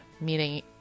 meaning